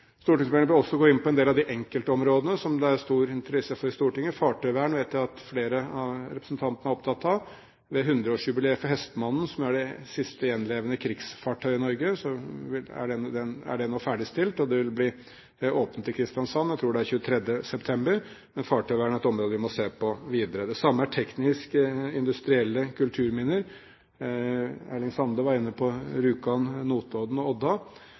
bør også gå inn på en del av de enkeltområdene som det er stor interesse for i Stortinget. Fartøyvern vet jeg at flere av representantene er opptatt av. Til 100-årsjubileet for «Hestmanden», som er det siste gjenværende krigsfartøyet i Norge, er fartøyet nå ferdigstilt, og jubileet vil bli åpnet i Kristiansand – jeg tror det er den 23. september. Fartøyvern er et område vi må se på videre. Det samme gjelder tekniske og industrielle kulturminner. Erling Sande var inne på Rjukan, Notodden og Odda.